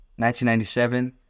1997